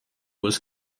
was